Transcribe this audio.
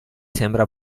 sembra